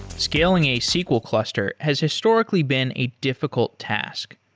scaling a sql cluster has historically been a difficult task.